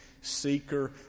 seeker